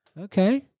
Okay